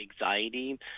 anxiety